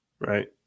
Right